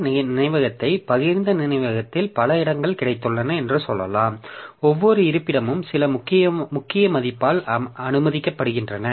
இந்த பகிரப்பட்ட நினைவகத்தை பகிர்ந்த நினைவகத்தில் பல இடங்கள் கிடைத்துள்ளன என்று சொல்லலாம் ஒவ்வொரு இருப்பிடமும் சில முக்கிய மதிப்பால் அணுகப்படுகின்றன